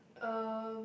uh